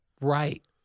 Right